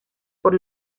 por